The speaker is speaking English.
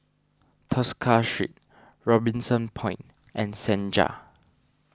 Tosca Street Robinson Point and Senja